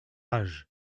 âge